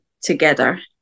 together